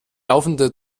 laufende